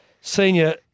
senior